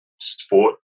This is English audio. sport